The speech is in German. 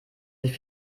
sich